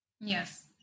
Yes